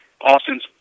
Austin's